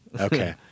Okay